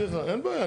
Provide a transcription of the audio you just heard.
אין בעיה.